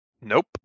Nope